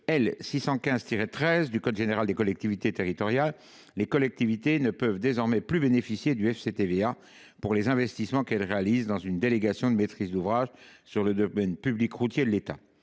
1615 13 du code général des collectivités territoriales, les collectivités ne peuvent désormais plus bénéficier du FCTVA pour les investissements qu’elles réalisent dans le cadre d’une délégation de maîtrise d’ouvrage sur le domaine public routier de l’État.